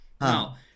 Now